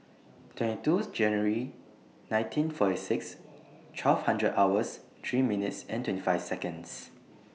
twenty two January nineteen forty six twelve hundred hours three minutes twenty five Seconds